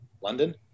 London